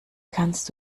kannst